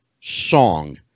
song